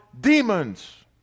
demons